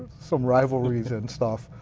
some rivalries and stuff.